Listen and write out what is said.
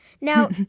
Now